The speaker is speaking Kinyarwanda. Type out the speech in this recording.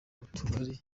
utugari